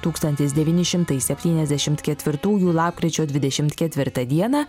tūkstantis devyni šimtai septyniasdešimt ketvirtųjų lapkričio dvidešimt ketvirtą dieną